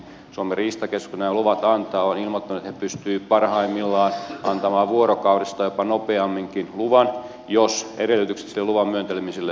suomen riistakeskus nämä luvat antaa ja on ilmoittanut että he pystyvät parhaimmillaan antamaan vuorokaudessa tai jopa nopeamminkin luvan jos edellytykset sille luvan myöntämiselle ovat olemassa